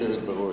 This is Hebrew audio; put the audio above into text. בראש,